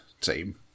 team